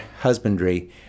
husbandry